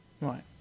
Right